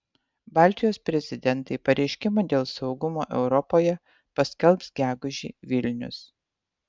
baltijos prezidentai pareiškimą dėl saugumo europoje paskelbs gegužį vilnius